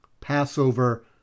Passover